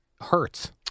hurts